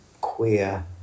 queer